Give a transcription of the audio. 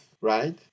right